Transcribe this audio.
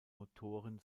motoren